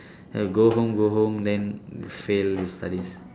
go home go home then fail his studies